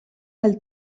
del